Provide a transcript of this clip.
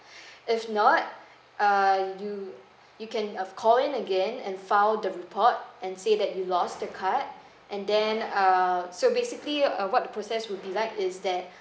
if not err you you can uh call in again and file the report and say that you lost the card and then err so basically uh what the process would be like is that